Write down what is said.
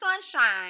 sunshine